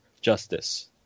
Justice